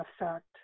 effect